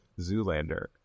Zoolander